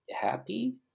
happy